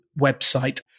website